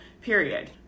period